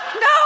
No